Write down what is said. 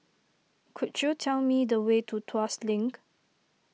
could you tell me the way to Tuas Link